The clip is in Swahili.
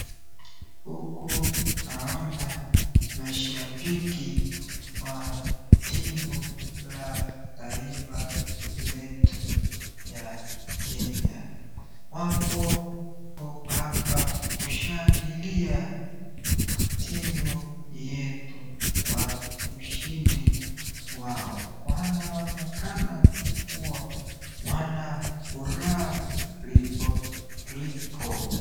Huku naona mashabiki wa timu la taifa letu ya Kenya. Wapo hapa kushangilia timu yetu kwa ushindi wao. Wanaonekana kuwa wana furaha riboribo.